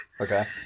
Okay